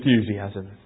enthusiasm